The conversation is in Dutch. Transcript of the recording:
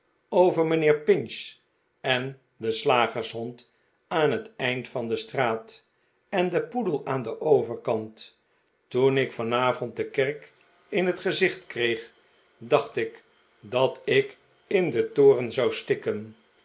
over mijnheer pinch en den slagershond aan het eind van de straat en den poedel aan den overkant toen ik vanavond de kerk in het gezicht kreeg dacht ik dat ik in den toren zou stikken